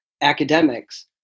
academics